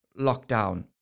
lockdown